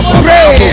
pray